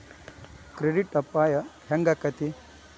Credit ಅಪಾಯಾ ಹೆಂಗಾಕ್ಕತೇ?